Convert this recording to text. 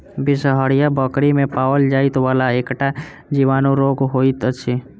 बिसरहिया बकरी मे पाओल जाइ वला एकटा जीवाणु रोग होइत अछि